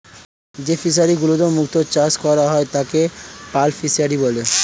যেই ফিশারি গুলিতে মুক্ত চাষ করা হয় তাকে পার্ল ফিসারী বলে